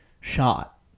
shot